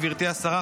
גברתי השרה,